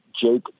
Jake